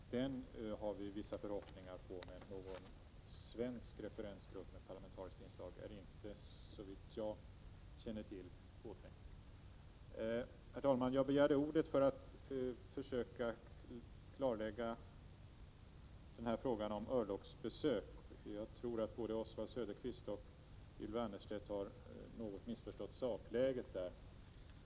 Den har vi vissa förhoppningar om. Men någon svensk referensgrupp med parlamentariskt inslag är inte, såvitt jag känner till, påtänkt. Herr talman! Jag begärde ordet för att försöka klarlägga frågan om örlogsbesök. Jag tror att både Oswald Söderqvist och Ylva Annerstedt har missförstått sakläget något.